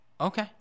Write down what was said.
Okay